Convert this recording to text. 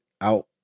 out